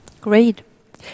Great